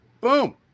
Boom